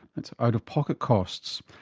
that's out-of-pocket costs.